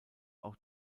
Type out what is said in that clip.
auch